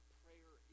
prayer